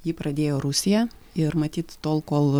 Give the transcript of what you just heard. jį pradėjo rusija ir matyt tol kol